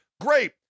Great